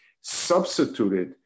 substituted